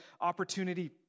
opportunity